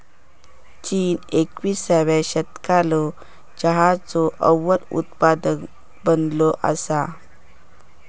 चीन एकविसाव्या शतकालो चहाचो अव्वल उत्पादक बनलो असा